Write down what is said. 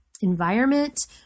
environment